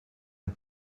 een